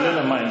כולל המים,